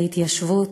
בהתיישבות.